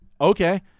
Okay